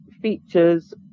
features